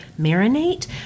marinate